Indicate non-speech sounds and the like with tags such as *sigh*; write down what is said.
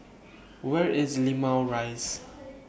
Where IS Limau Rise *noise*